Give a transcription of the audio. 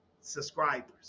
subscribers